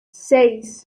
seis